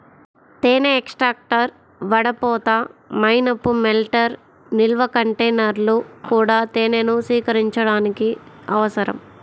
తేనె ఎక్స్ట్రాక్టర్, వడపోత, మైనపు మెల్టర్, నిల్వ కంటైనర్లు కూడా తేనెను సేకరించడానికి అవసరం